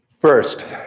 First